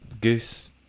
Goose